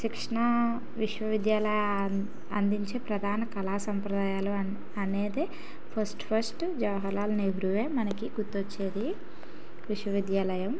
శిక్షణ విశ్వవిద్యాలయం అందించే ప్రధాన కళా సంప్రదాయాలు అనేది ఫస్ట్ ఫస్ట్ జవహర్లాల్ నెహ్రువే మనకి గుర్తొచ్చేది విశ్వవిద్యాలయం